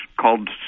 called